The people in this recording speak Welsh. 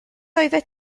oeddet